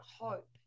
hope